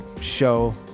show